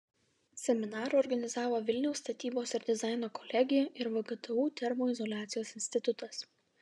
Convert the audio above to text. seminarą organizavo vilniaus statybos ir dizaino kolegija ir vgtu termoizoliacijos institutas